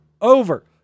over